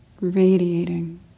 radiating